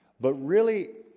but really